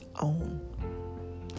own